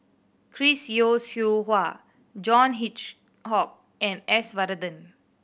Chris Yeo Siew Hua John Hitchhock and S Varathan